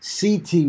ct